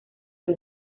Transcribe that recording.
que